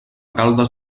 caldes